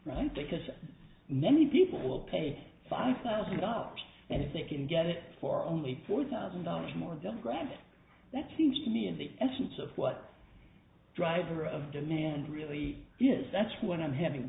right because many people will pay five thousand dollars and if they can get it for only four thousand dollars more the brand that seems to me is the essence of what driver of demand really is that's what i'm having